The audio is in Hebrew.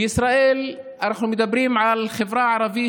בישראל אנחנו מדברים על החברה הערבית,